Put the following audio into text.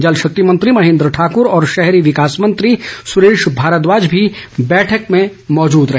जल शक्ति मंत्री महेन्द्र ठाकुर और शहरी विकास मंत्री सुरेश भारद्वाज भी बैठक में मौजूद रहे